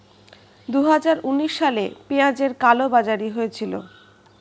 দুহাজার উনিশ সালে পেঁয়াজের কালোবাজারি হয়েছিল